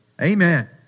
Amen